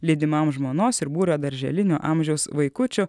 lydimam žmonos ir būrio darželinio amžiaus vaikučių